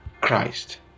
christ